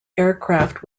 aircraft